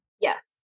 Yes